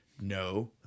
No